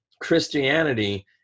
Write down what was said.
Christianity